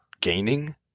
gaining